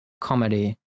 comedy